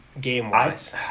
game-wise